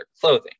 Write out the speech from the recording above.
clothing